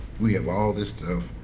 we have all this stuff.